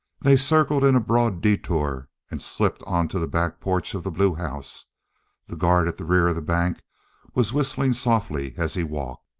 they circled in a broad detour and slipped onto the back porch of the blue house the guard at the rear of the bank was whistling softly as he walked.